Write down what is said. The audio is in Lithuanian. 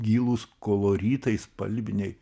gilūs koloritai spalviniai